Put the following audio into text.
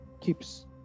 keeps